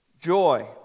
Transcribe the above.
joy